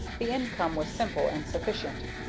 the income was simple and sufficient.